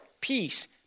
peace